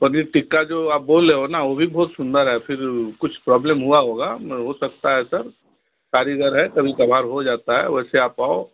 पनीर टिक्का जो आप बोल रहे हो ना वो भी बहुत सुंदर है फिर कुछ प्रॉब्लम हुआ होगा हो सकता है सर कारीगर है कभी कभार हो जाता है वैसे आप आओ